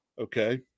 Okay